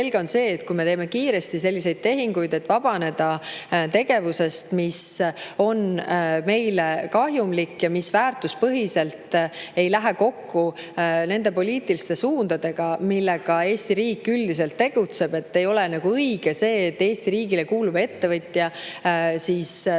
selge on, et me teeme kiiresti selliseid tehinguid, et vabaneda tegevusest, mis on meile kahjumlik ja mis väärtuspõhiselt ei lähe kokku nende poliitiliste suundadega, mille alusel Eesti riik üldiselt tegutseb. Ei ole õige see, et Eesti riigile kuuluv ettevõtja toimetab